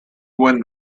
when